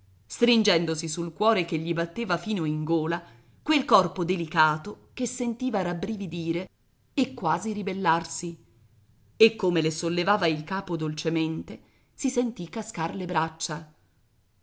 stringendosi sul cuore che gli batteva fino in gola quel corpo delicato che sentiva rabbrividire e quasi ribellarsi e come le sollevava il capo dolcemente si sentì cascar le braccia